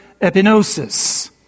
epinosis